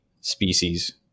species